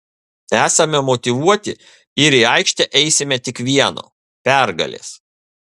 esame motyvuoti ir į aikštę eisime tik vieno pergalės